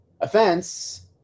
offense